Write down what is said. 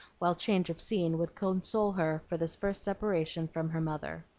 while change of scene would console her for this first separation from her mother.